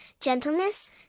gentleness